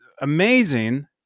amazing